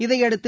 இதையடுத்து